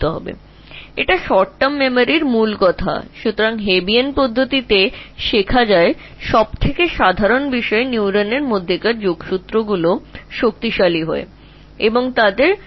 একটি Hebbian শেখার পদ্ধতি রয়েছে যা সর্বাধিক প্রচলিত নিউরনগুলির মধ্যে যোগসূত্রগুলি শক্তিশালী হয় এবং তাদের একটি পৃথক ফায়ারিং প্যাটার্ন রয়েছে